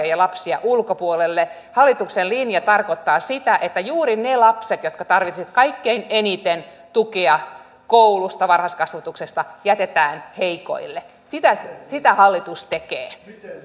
ja ja lapsia ulkopuolelle hallituksen linja tarkoittaa sitä että juuri ne lapset jotka tarvitsevat kaikkein eniten tukea koulusta varhaiskasvatuksesta jätetään heikoille sitä sitä hallitus tekee